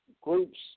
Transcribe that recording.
groups